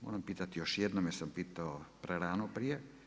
Moram pitati još jednom jer sam pitao prerano prije.